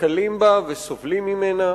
נתקלים בה וסובלים ממנה,